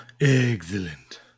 Excellent